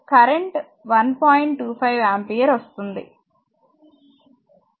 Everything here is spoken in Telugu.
25 ఆంపియర్ వస్తుంది